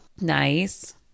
Nice